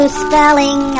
spelling